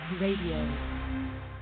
Radio